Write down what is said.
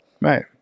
right